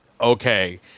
okay